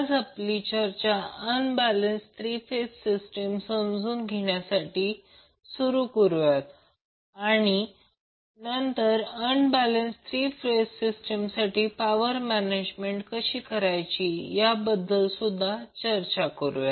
आज आपली चर्चा अनबॅलेन्स थ्री फेज सिस्टीम समजून घेण्यासाठी सुरू करूया आणि नंतर अनबॅलेन्स थ्री फेज सिस्टीमसाठी पॉवर मेजरमेंट कशी करायची याबद्दल सुद्धा चर्चा करूया